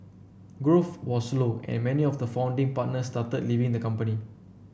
growth was slow and many of the founding partners started leaving the company